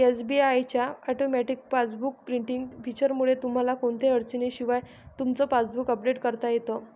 SBI च्या automatic passbook printing फीचरमुळे तुम्हाला कोणत्याही अडचणीशिवाय तुमचं पासबुक अपडेट करता येतं